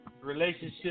relationship